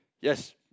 yes